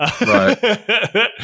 Right